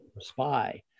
spy